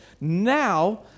now